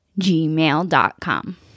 gmail.com